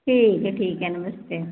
ठीक है ठीक है नमस्ते